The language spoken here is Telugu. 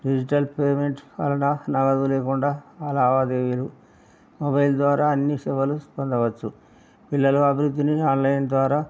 డిజిటల్ పేమెంట్స్ వలన నగదు లేకుండా ఆ లావాదేవీలు మొబైల్ ద్వారా అన్ని సేవలు పొందవచ్చు పిల్లలు అభివృద్ధిని ఆన్లైన్ ద్వారా